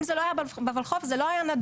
אם זה לא היה בולחו"ף, זה לא היה נדון.